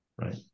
Right